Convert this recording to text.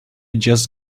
just